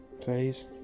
Please